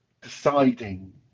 deciding